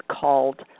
called